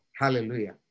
Hallelujah